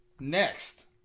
Next